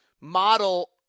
model